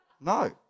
No